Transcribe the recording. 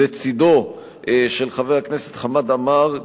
לצדו של חבר הכנסת חמד עמאר,